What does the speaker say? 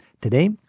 Today